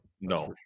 No